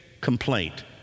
complaint